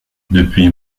depuis